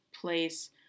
place